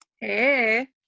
hey